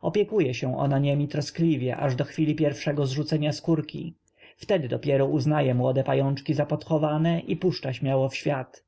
opiekuje się ona niem troskliwie aż do chwili pierwszego zrzucenia skórki wtedy dopiero uznaje młode pajączki za podchowane i puszcza śmiało w świat